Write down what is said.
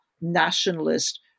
nationalist